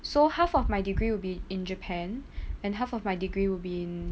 so half of my degree will be in japan and half of my degree would be in